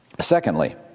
secondly